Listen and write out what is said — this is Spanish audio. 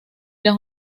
las